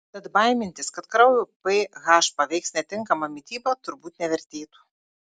tad baimintis kad kraujo ph paveiks netinkama mityba turbūt nevertėtų